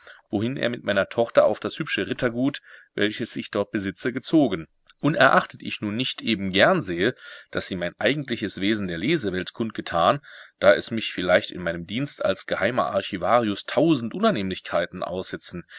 wohin er mit meiner tochter auf das hübsche rittergut welches ich dort besitze gezogen unerachtet ich nun nicht eben gern sehe daß sie mein eigentliches wesen der lesewelt kund getan da es mich vielleicht in meinem dienst als geh archivarius tausend unannehmlichkeiten aussetzen